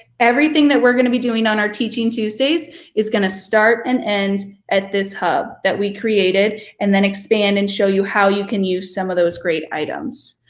everything that we're gonna be doing on our teaching tuesdays is gonna start and end at this hub that we created and then expand and show you how you can use some of those great items.